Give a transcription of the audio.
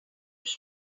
his